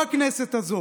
בכנסת הזאת.